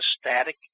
static